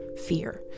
fear